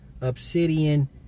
Obsidian